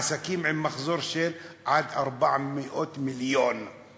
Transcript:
עסקים עם מחזור של עד 400 מיליון שקל.